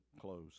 close